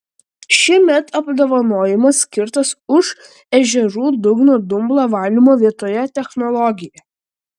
šiemet apdovanojimas skirtas už ežerų dugno dumblo valymo vietoje technologiją